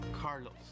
Carlos